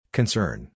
Concern